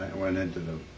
went into the